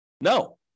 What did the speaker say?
No